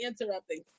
interrupting